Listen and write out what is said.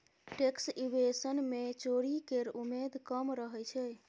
tax evasion मे चोरी केर उमेद कम रहय छै